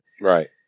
Right